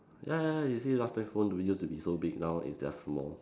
ya ya ya you see last time phone be used to be so big now it's just small